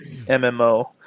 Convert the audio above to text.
MMO